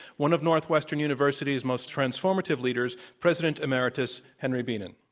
one of northwestern university's most transformative leaders, president emeritus, henry bienen.